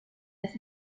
las